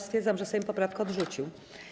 Stwierdzam, że Sejm poprawkę odrzucił.